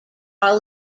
are